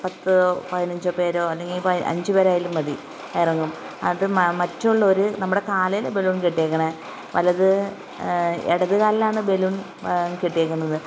പത്ത് പതിനഞ്ച് പേരോ അല്ലെങ്കിൽ അഞ്ച് പേർ ആയാലും മതി ഇറങ്ങും അത് മറ്റുള്ളവർ നമ്മുടെ കാലിലോ ബലൂൺ കെട്ടിയേക്കണെ വലത് ഇടത് കാലിലാണ് ബലൂൺ കെട്ടിയിരിക്കുന്നത്